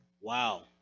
wow